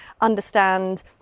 understand